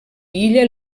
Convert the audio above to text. illa